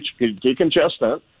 decongestant